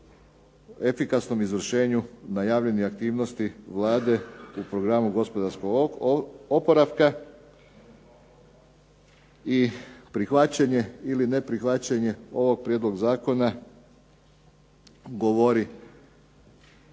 efikasnom izvršenju najavljenih aktivnosti Vlade u programu gospodarskog oporavka i prihvaćanje ili neprihvaćanje ovog prijedloga zakona govori